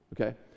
Okay